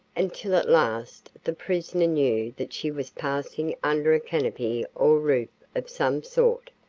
until at last the prisoner knew that she was passing under a canopy or roof of some sort,